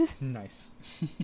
Nice